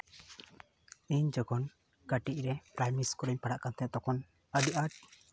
ᱤᱧ ᱡᱚᱠᱷᱚᱱ ᱠᱟᱹᱴᱤᱡ ᱨᱮ ᱯᱨᱟᱭᱢᱟᱨᱤ ᱥᱠᱩᱞ ᱨᱮᱧ ᱯᱟᱲᱦᱟᱜ ᱠᱟᱱ ᱛᱟᱦᱮᱱ ᱛᱚᱠᱷᱚᱱ ᱟᱹᱰᱤ ᱟᱸᱴ